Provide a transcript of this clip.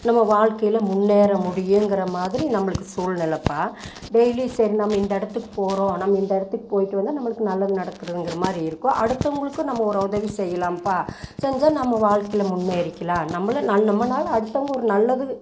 நம்ம வாழ்க்கையில் முன்னேற முடியுங்கிற மாதிரி நம்மளுக்கு சூழ்நிலைப்பா டெய்லி சரி நம்ம இந்த இடத்துக்கு போகிறோம் நம்ம இந்த இடத்துக்கு போயிட்டு வந்தால் நம்மளுக்கு நல்லது நடக்குதுங்கிற மாதிரி இருக்கும் அடுத்தவங்களுக்கும் நம்ம ஒரு உதவி செய்யலாம்பா செஞ்சால் நம்ம வாழ்க்கையில் முன்னேறிக்கலாம் நம்மளும் நல் நம்மனால் அடுத்தவங்களுக்கு ஒரு நல்லது